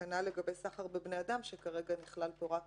כנ"ל גם סחר בבני אדם שכרגע נכלל פה רק